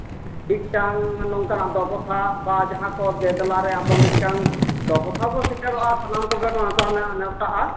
ᱢᱤᱫᱴᱟᱝ ᱱᱚᱝᱠᱟᱱᱟᱜ ᱫᱚᱯᱚᱛᱷᱟ ᱵᱟ ᱡᱟᱦᱟᱸ ᱠᱚ ᱫᱮᱼᱫᱮᱞᱟ ᱨᱮ ᱟᱵᱚ ᱢᱤᱫᱴᱟᱝ ᱫᱚᱯᱚᱛᱷᱟ ᱵᱚ ᱥᱮᱴᱮᱨᱚᱜᱼᱟ ᱥᱟᱱᱟᱢ ᱠᱚᱜᱮ ᱱᱮᱣᱛᱟ ᱱᱮᱣᱛᱟᱜᱼᱟ